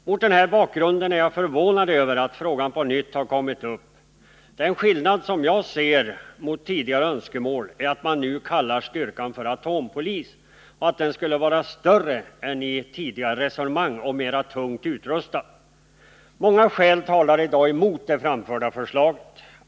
Mot den här bakgrunden är jag förvånad över att frågan på nytt kommer upp. Den skillnad jag ser mot tidigare önskemål är att man nu kallar styrkan för atompolis och att den skulle vara större än i tidigare resonemang och mera tungt utrustad. Många skäl talar i dag emot det framförda förslaget.